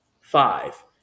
five